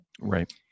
Right